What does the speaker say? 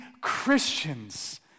Christians